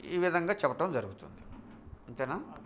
ఈ విధంగా చెప్పటం జరుగుతుంది అంతేనా